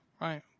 right